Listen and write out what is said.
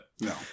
no